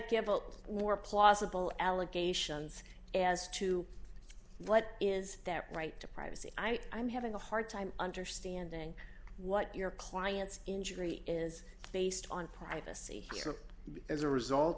felt more plausible allegations as to what is that right to privacy i'm having a hard time understanding what your client's injury is based on privacy as a result